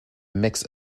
mix